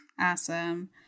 Awesome